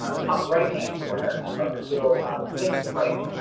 ah top right hand corner of this little list-like